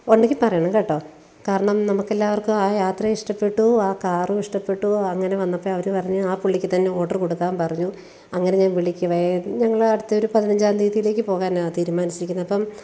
ഉണ്ടെങ്കി പറയണം കേട്ടോ കാരണം നമുക്ക് എല്ലാവർക്കും ആ യാത്ര ഇഷ്ട്ടപെട്ടു ആ കാറും ഇഷ്ട്ടപെട്ടു അങ്ങനെ വന്നപ്പേവർ പറഞ്ഞു ആ പുള്ളിക്ക് തന്നെ ഓഡറ് കൊടുക്കാൻ പറഞ്ഞു അങ്ങനെ ഞാൻ വിളിക്കുവാണ് ഞങ്ങളടുത്തെരു പതിനഞ്ചാം തിയതിലേക്ക് പോകാനാണ് തിരുമാനിച്ചിരിക്കുന്നത് അപ്പം